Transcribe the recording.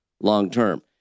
long-term